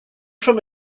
from